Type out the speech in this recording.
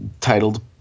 titled